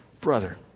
Brother